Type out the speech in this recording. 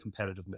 competitiveness